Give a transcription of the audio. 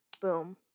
boom